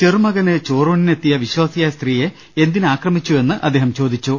ചെറുമകന് ചോറൂണിനെത്തിയ വിശ്വാ സിയായ സ്ത്രീയെ എന്തിന് ആക്രമിച്ചു എന്ന് അദ്ദേഹം ചോദിച്ചു